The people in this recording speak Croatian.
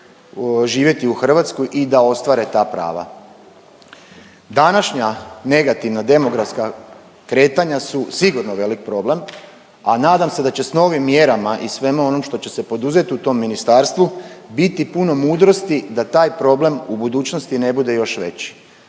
živjeti u Hrvatsku i da ostvare ta prava. Današnja negativna demografska kretanja su sigurno velik problem, a nadam se da će s novim mjerama i svemu onom što će se poduzet u tom ministarstvu biti puno mudrosti da taj problem u budućnosti ne bude još veći.